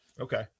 Okay